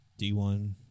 D1